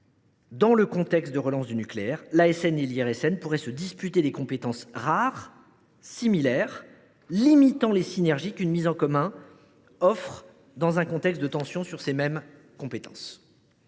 dans le contexte de relance du nucléaire, l’ASN et l’IRSN pourraient se disputer des compétences rares similaires, limitant les synergies qu’une mise en commun offrirait dans un contexte de tension sur ces mêmes compétences.